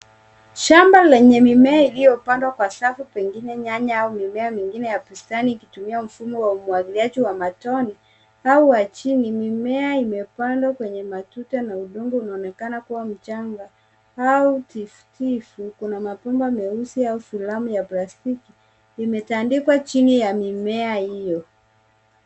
Shamba lenye mimea iliyopandwa kwa safu pengine nyanya au mimea mingine ya bustani ikitumia mfumo wa umwagiliaji wa matone au wa chini. Mimea imepandwa kwenye matuta na udongo unaonekana kuwa mchanga au tifutifu. Kuna mapumba meusi au filamu ya plastiki imetandikwa chini ya mimea hiyo.